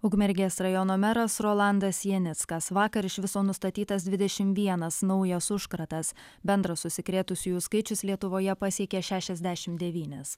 ukmergės rajono meras rolandas janickas vakar iš viso nustatytas dvidešim vienas naujas užkratas bendras užsikrėtusiųjų skaičius lietuvoje pasiekė šešiasdešimt devynis